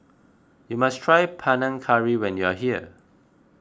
you must try Panang Curry when you are here